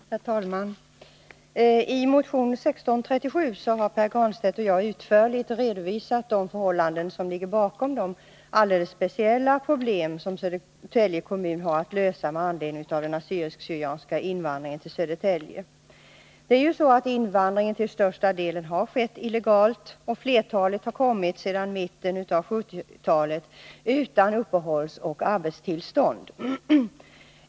Herr talman! I motion 1637 har Pär Granstedt och jag utförligt redovisat de förhållanden som ligger bakom de alldeles speciella problem som Södertälje kommun har att lösa med anledning av den assyriska/syrianska invandringen till Södertälje. Invandringen har till största delen skett illegalt. Flertalet har kommit sedan mitten av 1970-talet utan arbetsoch uppehållstillstånd.